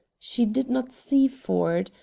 she did not see ford.